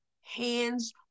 hands